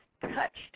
touched